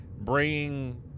bring